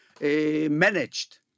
managed